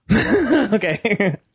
Okay